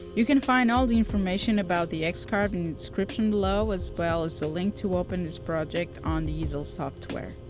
you can find all the information about the x-carve in the description below as well as the link to open this project on the easel software.